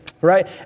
right